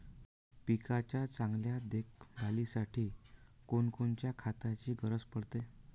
पिकाच्या चांगल्या देखभालीसाठी कोनकोनच्या खताची गरज पडते?